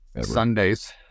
Sundays